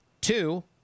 Two